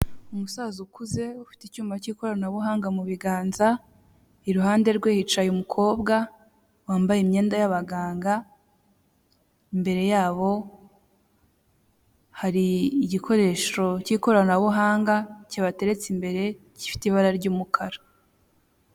Umusaza ukuze ufite icyuma cy'ikoranabuhanga mu biganza, iruhande rwe hicaye umukobwa wambaye imyenda y'abaganga, imbere yabo hari igikoresho cy'ikoranabuhanga, kibateretse imbere gifite ibara ry'umukara.